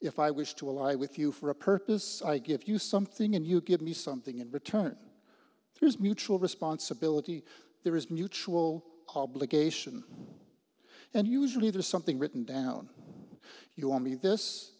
if i wish to ally with you for a purpose i give you something and you give me something in return there's mutual responsibility there is mutual obligation and usually there's something written down you or me this